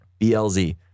BLZ